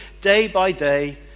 day-by-day